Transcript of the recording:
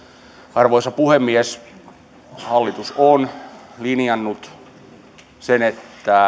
arvoisa puhemies hallitus on linjannut sen että